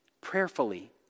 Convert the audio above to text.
prayerfully